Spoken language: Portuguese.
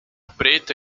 preta